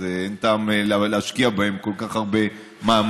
אז אין טעם להשקיע בהן כל כך הרבה מאמצים,